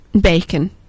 Bacon